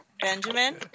Benjamin